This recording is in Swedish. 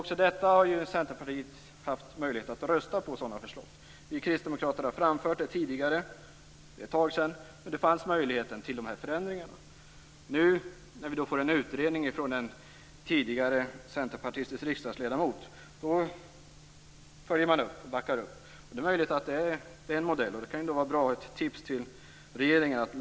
Också på sådana förslag har Centerpartiet haft möjlighet att rösta. Vi kristdemokrater har framfört det tidigare. Det är ett tag sedan. Det fanns en möjlighet att göra dessa förändringar. När vi får en utredning från en tidigare centerpartistisk riksdagsledamot backar man upp förslagen. Det är möjligt att det är en bra modell. Det kan vara ett tips till regeringen.